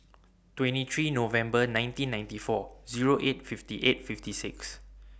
twenty three November nineteen ninety four Zero eight fifty eight fifty six